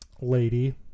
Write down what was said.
lady